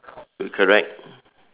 correct